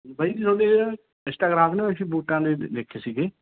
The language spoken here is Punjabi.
ਬਾਈ ਜੀ ਤੁਹਾਡੇ ਇੰਸਟਾਗਰਾਮ 'ਤੇ ਨੇ ਅਸੀਂ ਬੂਟਾਂ ਲਈ ਦੇਖੇ ਸੀਗੇ